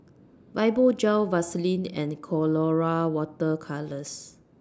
Fibogel Vaselin and Colora Water Colours